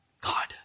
God